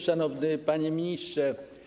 Szanowny Panie Ministrze!